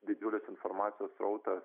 didžiulis informacijos srautas